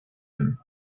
him